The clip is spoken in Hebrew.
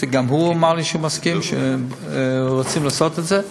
וגם הוא אמר לי שהוא מסכים ושרוצים לעשות את זה.